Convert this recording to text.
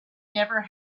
never